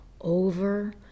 over